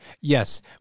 Yes